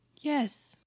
Yes